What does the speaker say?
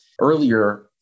Earlier